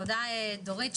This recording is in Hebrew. דורית,